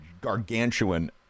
gargantuan